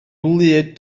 wlyb